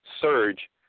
Surge